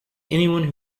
anyone